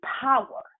power